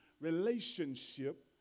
relationship